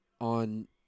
on